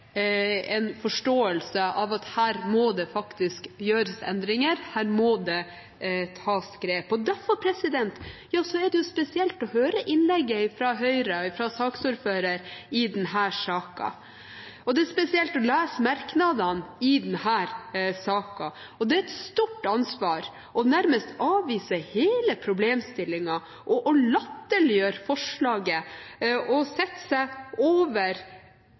en prosess, og jeg tolker det som en forståelse av at her må det faktisk gjøres endringer, her må det tas grep. Derfor er det spesielt å høre innlegget fra Høyre, fra saksordføreren i denne saken, og det er spesielt å lese merknadene i denne saken. Det er et stort ansvar nærmest å avvise hele problemstillingen, latterliggjøre forslaget, sette seg over